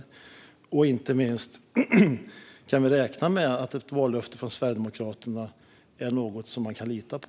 Dessutom och inte minst: Kan vi räkna med att ett vallöfte från Sverigedemokraterna är något att lita på?